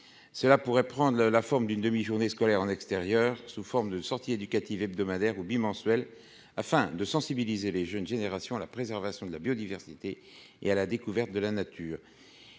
cela pourrait prendre la forme d'une demi-journée scolaire en extérieur sous forme de sortie éducative hebdomadaires ou bi-bimensuels, afin de sensibiliser les jeunes générations à la préservation de la biodiversité et à la découverte de la nature